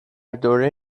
دوره